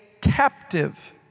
captive